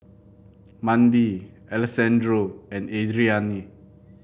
Mandi Alessandro and Adrianne